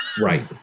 Right